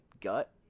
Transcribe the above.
gut